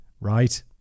right